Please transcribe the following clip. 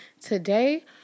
Today